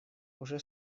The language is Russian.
уже